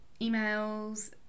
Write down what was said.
emails